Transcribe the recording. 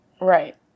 Right